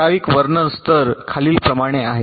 ठराविक वर्णन स्तर खालीलप्रमाणे आहेत